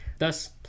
Thus